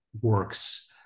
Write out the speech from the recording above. works